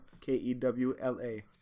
k-e-w-l-a